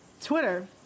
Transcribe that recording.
Twitter